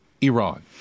Iran